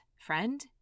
friend